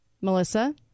Melissa